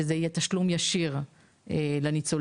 שיהיה תשלום ישיר לניצולים,